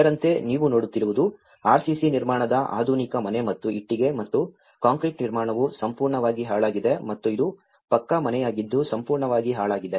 ಇದರಂತೆ ನೀವು ನೋಡುತ್ತಿರುವುದು RCC ನಿರ್ಮಾಣದ ಆಧುನಿಕ ಮನೆ ಮತ್ತು ಇಟ್ಟಿಗೆ ಮತ್ತು ಕಾಂಕ್ರೀಟ್ ನಿರ್ಮಾಣವು ಸಂಪೂರ್ಣವಾಗಿ ಹಾಳಾಗಿದೆ ಮತ್ತು ಇದು ಪಕ್ಕಾ ಮನೆಯಾಗಿದ್ದು ಸಂಪೂರ್ಣವಾಗಿ ಹಾಳಾಗಿದೆ